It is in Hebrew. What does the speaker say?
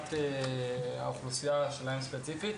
אשמת האוכלוסייה שלהם ספציפית,